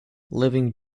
living